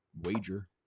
wager